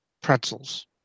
pretzels